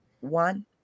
One